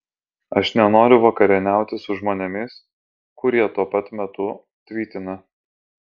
aš nenoriu vakarieniauti su žmonėmis kurie tuo pat metu tvytina